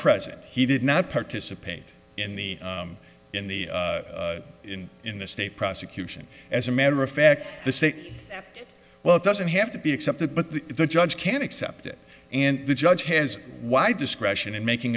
present he did not participate in the in the in the state prosecution as a matter of fact the say well it doesn't have to be accepted but the judge can accept it and the judge has why discretion in making